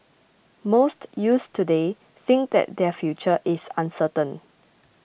most youths today think that their future is uncertain